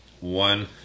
one